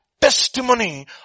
testimony